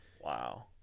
Wow